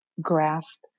grasp